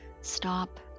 stop